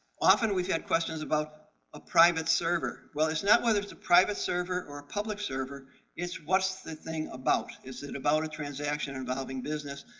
often we've had questions about a private server. well, it's not whether it's a private server or a public server it's what's the thing about. is it about a transaction involving business,